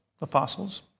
apostles